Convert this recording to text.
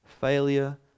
Failure